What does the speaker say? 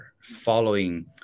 following